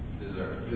deserve